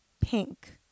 Pink